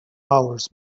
hours